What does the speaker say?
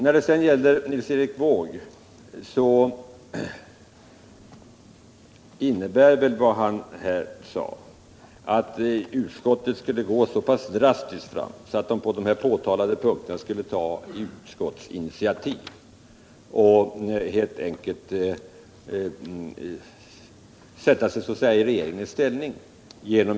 Vad Nils Erik Wååg sade innebar väl att utskottet skulle gå så pass drastiskt fram att det på de omnämnda punkterna skulle ta utskottsinitiativ och helt enkelt sätta sig i regeringens ställning.